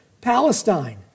Palestine